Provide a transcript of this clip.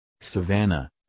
Savannah